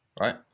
right